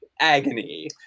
agony